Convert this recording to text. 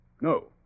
No